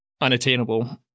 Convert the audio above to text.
unattainable